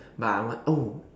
but I want oh